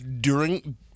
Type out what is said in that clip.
during-